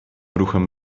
ruchem